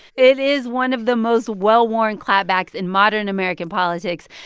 it is one of the most well-worn clapbacks in modern american politics.